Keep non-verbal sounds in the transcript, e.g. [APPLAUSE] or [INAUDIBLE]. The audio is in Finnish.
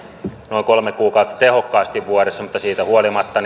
noin kolme kuukautta vuodessa mutta siitä huolimatta [UNINTELLIGIBLE]